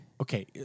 Okay